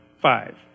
five